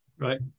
Right